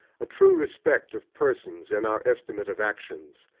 a true respect of persons in our estimate of actions,